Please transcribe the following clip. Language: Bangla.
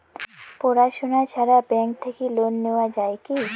পড়াশুনা ছাড়া ব্যাংক থাকি লোন নেওয়া যায় কি?